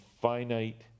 finite